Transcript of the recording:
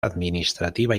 administrativa